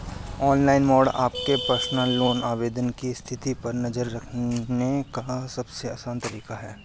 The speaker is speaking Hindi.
ऑनलाइन मोड आपके पर्सनल लोन आवेदन की स्थिति पर नज़र रखने का सबसे आसान तरीका है